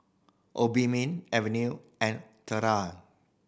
Obimin Avene and Tena